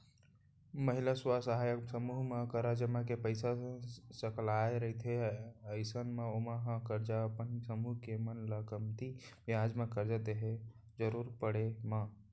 महिला स्व सहायता समूह मन करा जेन पइसा सकलाय रहिथे अइसन म ओमन ह करजा अपन समूह के मन ल कमती बियाज म करजा देथे जरुरत पड़े म